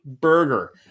burger